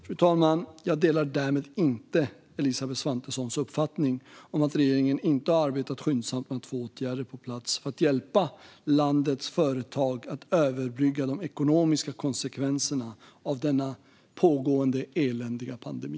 Fru talman! Jag delar därmed inte Elisabeth Svantessons uppfattning att regeringen inte har arbetat skyndsamt med att få åtgärder på plats för att hjälpa landets företag att överbrygga de ekonomiska konsekvenserna av denna pågående, eländiga pandemi.